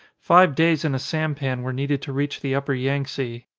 five days in a sampan were needed to reach the upper yangtze.